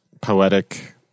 poetic